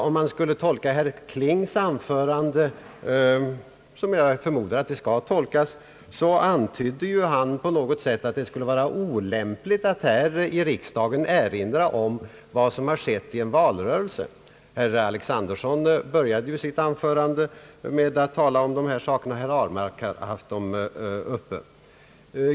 Om man skall tolka herr Klings anförande så, som jag förmodar att det är avsett att tolkas, antydde han att det skulle vara olämpligt att här i riksdagen erinra om vad som har skett i en valrörelse. Herr Alexanderson började sitt anförande med att tala om dessa saker, och herr Ahlmark har tagit upp dem.